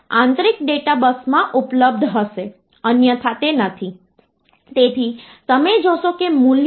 તેથી અહીં અપૂર્ણાંક ભાગ 1 1 તરીકે રજૂ થાય છે અને તમે જુઓ છો કે આ ખરેખર 5